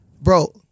bro